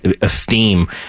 esteem